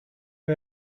who